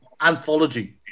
anthology